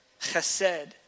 chesed